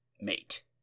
mate